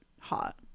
hot